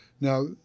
Now